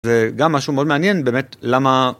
וגם משהו מאוד מעניין באמת למה.